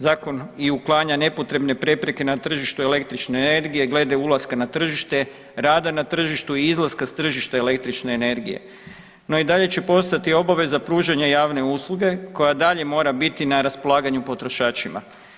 Zakon i uklanja nepotrebne prepreke na tržištu električne energije glede ulaska na tržište, rada na tržištu i izlaska s tržišta električne energije, no i dalje će postojati obveza pružanja javne usluge koja dalje mora biti na raspolaganju potrošačima.